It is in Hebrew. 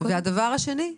דבר שני,